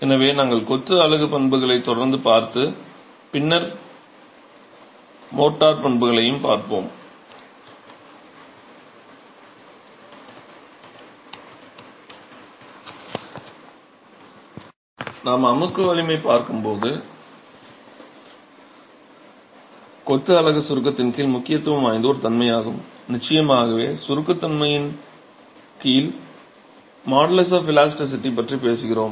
எனவே நாங்கள் கொத்து அலகு பண்புகளை தொடர்ந்து பார்த்து பின்னர் மோர்ட்டார் பண்புகளையும் பார்ப்போம் நாம் அமுக்கு வலிமையைப் பார்க்கும்போது கொத்து அலகு சுருக்கத்தின் கீழ் முக்கியத்துவம் வாய்ந்த ஒரு தன்மை ஆகும் நிச்சயமாக சுருக்க தன்மையின் கீழ் மாடுலஸ் ஆஃப் இலாஸ்டிசிட்டி பற்றி பேசுகிறோம்